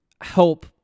help